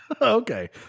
Okay